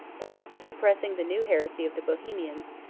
that after suppressing the new heresy of the bohemians,